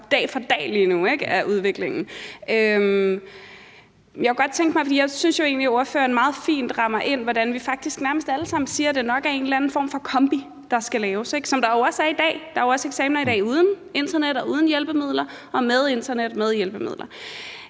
dag til dag lige nu. Jeg synes jo egentlig, at ordføreren meget fint rammer ind, hvordan vi faktisk nærmest alle sammen siger, at det nok er en eller anden form for kombi, der skal laves, hvilket der jo også er i dag. Der er jo også eksamener i dag både uden internet og uden hjælpemidler og med internet og med hjælpemidler.